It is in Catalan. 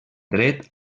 dret